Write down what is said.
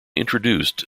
introduced